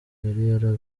yari